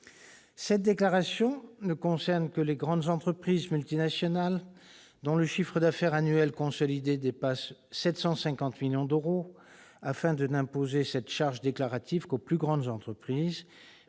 Cette déclaration ne concerne que les grandes entreprises multinationales dont le chiffre d'affaires annuel consolidé dépasse 750 millions d'euros, afin que cette charge déclarative ne soit imposée qu'aux plus grandes entreprises, qui concentrent